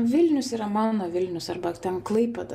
vilnius yra mano vilnius arba ten klaipėda